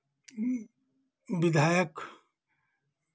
विधायक